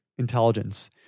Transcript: intelligence